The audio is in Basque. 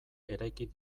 eraiki